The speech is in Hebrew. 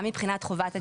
גם מבחינת חובת הגישה,